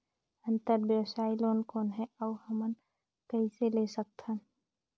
अंतरव्यवसायी लोन कौन हे? अउ हमन कइसे ले सकथन?